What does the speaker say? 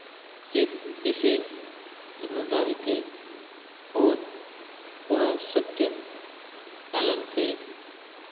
एक ऐसे धनुर्धारी थे और वह सत्य पालन थे